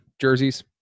jerseys